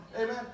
Amen